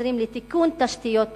עוזרים לתיקון תשתיות במחנה.